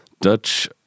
Dutch